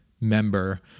member